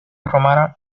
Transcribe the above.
romana